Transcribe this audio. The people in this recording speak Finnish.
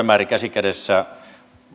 määrin käsi kädessä